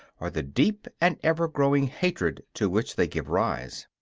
or the deep and ever-growing hatred to which they give rise.